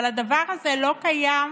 אבל הדבר הזה לא קיים